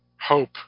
hope